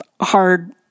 hard